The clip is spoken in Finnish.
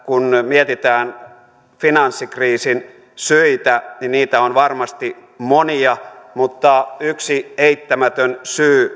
kun mietitään finanssikriisin syitä niin niitä on varmasti monia yksi eittämätön syy